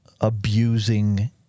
abusing